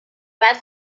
باید